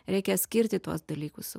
reikia skirti tuos dalykus